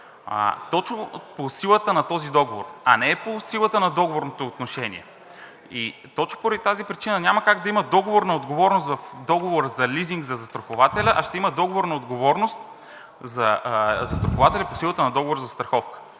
точно по силата на този договор, а не е по силата на договорните отношения. Точно поради тази причина няма как да има договорна отговорност в договора за лизинг за застрахователя, а ще има договорна отговорност за застрахователя по силата на договор за застраховка.